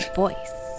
voice